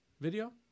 Video